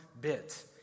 bit